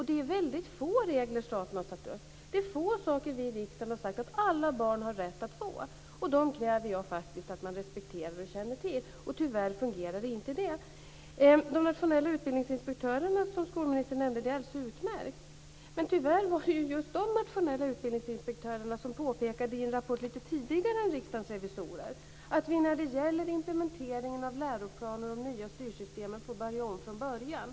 Det är väldigt få regler som staten har satt upp. Det är få saker som vi i riksdagen har sagt att alla barn har rätt att få. De kräver jag faktiskt att man respekterar och känner till. Tyvärr fungerar inte det. De nationella utbildningsinspektörerna som skolministern nämnde är utmärkta. Men tyvärr var det just de nationella utbildningsinspektörerna som påpekade i en rapport lite tidigare än Riksdagens revisorer att när det gäller implementeringen av läroplanen och de nya styrsystemen får vi börja om från början.